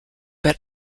but